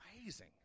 amazing